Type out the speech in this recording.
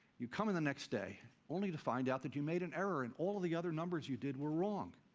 you come in the next day only to find out that you made an error and all of the other numbers you did were wrong.